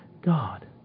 God